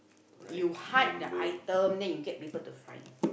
you hide the item then you get people to find